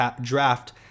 draft